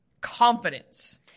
confidence